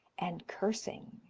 and cursing.